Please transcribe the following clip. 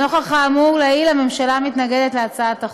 נוכח האמור לעיל, הממשלה מתנגדת להצעת החוק.